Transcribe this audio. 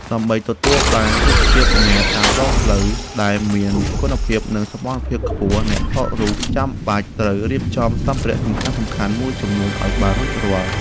ដើម្បីទទួលបានរូបភាពអាហារតាមដងផ្លូវដែលមានគុណភាព និងសោភ័ណភាពខ្ពស់ អ្នកថតរូបចាំបាច់ត្រូវរៀបចំសម្ភារៈសំខាន់ៗមួយចំនួនឱ្យបានរួចរាល់។